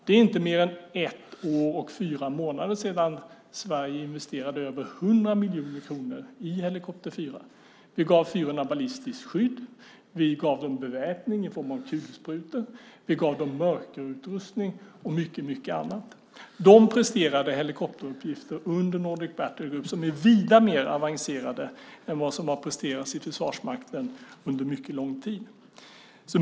Det är inte mer än ett år och fyra månader sedan Sverige investerade över 100 miljoner kronor i helikopter 4. Vi gav fyrorna ballistiskt skydd, vi gav dem beväpning i form av kulsprutor, vi gav dem mörkerutrustning och mycket annat. De presterade helikopteruppgifter under Nordic Battlegroup som är vida mer avancerade än vad som har presterats i Försvarsmakten under mycket lång tid.